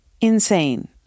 insane